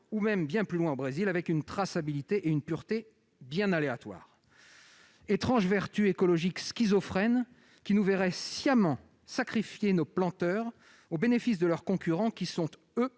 ou même bien plus loin, au Brésil, avec une traçabilité et une pureté bien aléatoires ... Étrange vertu écologique schizophrène, qui nous verrait sacrifier sciemment nos planteurs au bénéfice de leurs concurrents, défendus, eux,